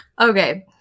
Okay